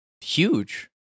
huge